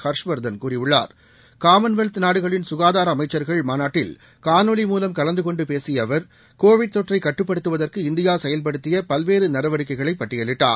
ஹர்ஷ் வர்தன் கூறியுள்ளார் காமன்வெல்த் நாடுகளின் சுகாதாரஅமைச்சர்கள் மாநாட்டில் காணொலி கலந்துகொண்டுபேசியஅவர் மூலம் தொற்றைக் கட்டுப்படுத்துவதற்கு இந்தியாசெயல்படுத்தியபல்வேறுநடவடிக்கைகளைபட்டியலிட்டார்